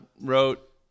wrote